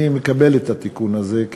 אני מקבל את התיקון הזה,